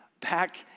back